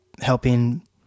helping